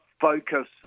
focus